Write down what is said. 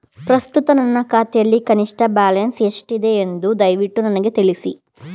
ಪ್ರಸ್ತುತ ನನ್ನ ಖಾತೆಯಲ್ಲಿ ಕನಿಷ್ಠ ಬ್ಯಾಲೆನ್ಸ್ ಎಷ್ಟಿದೆ ಎಂದು ದಯವಿಟ್ಟು ನನಗೆ ತಿಳಿಸಿ